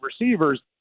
receivers